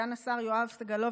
סגן השר יואב סגלוביץ',